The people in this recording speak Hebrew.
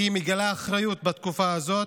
שמגלה אחריות בתקופה הזאת,